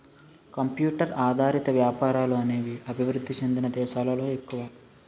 computer ఆధారిత వ్యాపారాలు అనేవి అభివృద్ధి చెందిన దేశాలలో ఎక్కువ